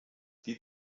die